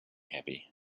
happy